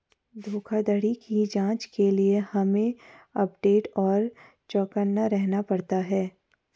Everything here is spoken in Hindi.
धोखाधड़ी की जांच के लिए हमे अपडेट और चौकन्ना रहना पड़ता है